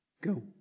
Go